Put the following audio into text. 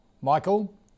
michael